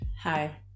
Hi